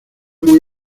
muy